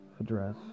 address